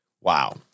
Wow